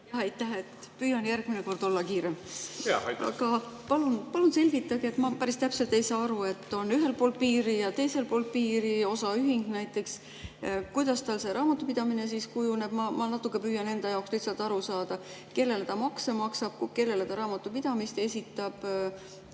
Aart, palun! Jaa, aitäh! Palun selgitage, ma päris täpselt ei saa aru, et on ühel pool piiri ja teisel pool piiri, osaühing näiteks. Kuidas tal see raamatupidamine siis kujuneb? Ma natuke püüan enda jaoks lihtsalt aru saada. Kellele ta makse maksab? Kellele ta raamatupidamist esitab?